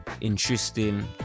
interesting